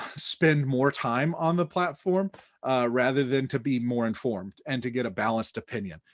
spend more time on the platform rather than to be more informed and to get a balanced opinion.